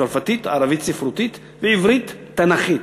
צרפתית, ערבית ספרותית ועברית תנ"כית,